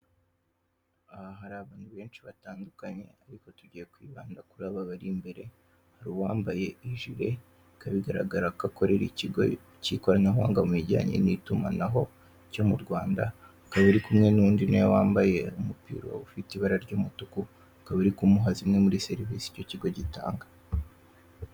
Aha hari abantu benshi batandukanye, ariko tugiye kwibanda kuri aba bari imbere, hari uwambaye ijire, bikaba bigaragara ko akorera ikigo cy'ikoranabuhanga mu bijyanye n'itumanaho, cyo mu Rwanda, akaba ari kumwe n'undi na we wambaye umupira ufite ibara ry'umutuku, akaba ari kuhuha zimwe muri serivise icyo kigo gitanga.